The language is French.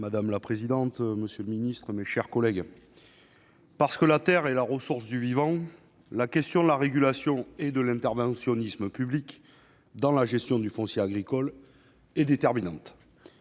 Madame la présidente, monsieur le ministre, mes chers collègues, parce que la terre est la ressource du vivant, la question de la régulation et de l'interventionnisme public dans la gestion du foncier agricole est déterminante.